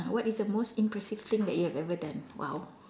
what is the most impressive thing that you have ever done !wow!